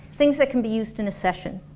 things that can be used in a session